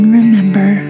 remember